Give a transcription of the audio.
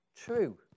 true